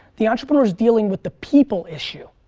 the entrepreneur is dealing with the people issue.